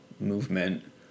movement